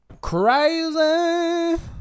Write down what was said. Crazy